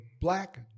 Black